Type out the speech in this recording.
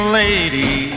lady